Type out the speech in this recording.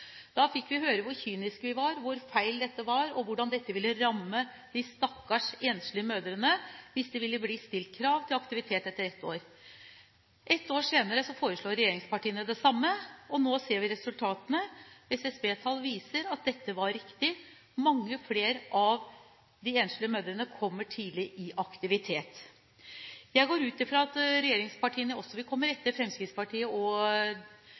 Da fikk vi høre hvor kyniske vi var, hvor feil dette var, og hvordan dette ville ramme de stakkars enslige mødrene hvis det ble stilt krav til aktivitet etter ett år. Ett år senere foreslår regjeringspartiene det samme, og nå ser vi resultatene. SSB-tall viser at dette var riktig – mange flere av de enslige mødrene kommer tidligere i aktivitet. Jeg går ut fra at regjeringspartiene også vil komme